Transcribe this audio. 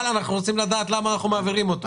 אנחנו רוצים לדעת למה אנחנו מעבירים אותם.